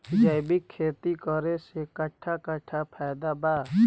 जैविक खेती करे से कट्ठा कट्ठा फायदा बा?